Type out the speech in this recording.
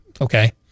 Okay